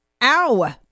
Ow